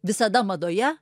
visada madoje